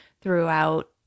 throughout